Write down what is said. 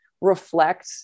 reflect